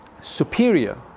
superior